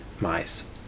mice